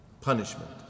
punishment